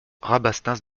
rabastens